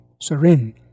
serene